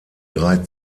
drei